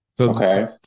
Okay